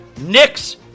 Knicks